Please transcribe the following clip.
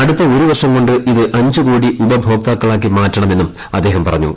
അടുത്ത ഒരുവർഷം കൊണ്ട് ഇത് അഞ്ച് കോടി ഉപഭോക്താക്കളാക്കി മാറ്റണമെന്നും അദ്ദേഹം പറഞ്ഞു